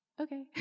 Okay